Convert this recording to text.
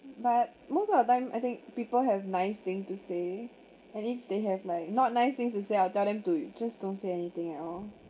but most of the time I think people have nice thing to say and if they have like not nice things to say I'll tell them to just don't say anything at all